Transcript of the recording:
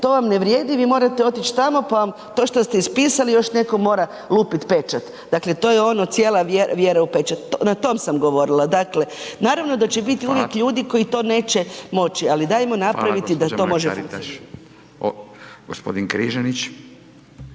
to vam ne vrijedi vi morate otić tamo pa to što ste ispisali još netko mora lupit pečat. Dakle, to je ono cijela vjera u pečat, na tom sam govorila. Dakle, naravno da će bit uvijek ljudi …/Upadica: Hvala./… ali dajmo napraviti da to može funkcionirati. **Radin, Furio